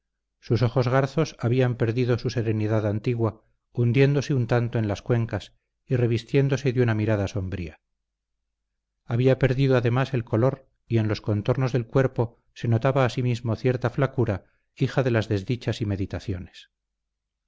sus ojos garzos habían perdido su serenidad antigua hundiéndose un tanto en las cuencas y revistiéndose de una mirada sombría había perdido además el color y en los contornos del cuerpo se notaba asimismo cierta flacura hija de las desdichas y meditaciones